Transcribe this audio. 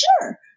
sure